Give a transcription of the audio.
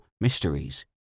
mysteries